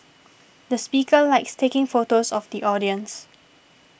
the speaker likes taking photos of the audience